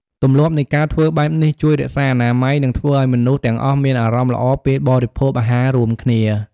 ទម្លាប់នៃការធ្វើបែបនេះជួយរក្សាអនាម័យ និងធ្វើឲ្យមនុស្សទាំងអស់មានអារម្មណ៍ល្អពេលបរិភោគអាហាររួមគ្នា។